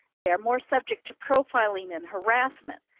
they are more subject to profiling and harassment,